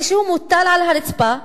כשהוא מוטל על הרצפה,